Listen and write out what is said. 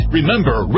Remember